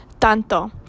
tanto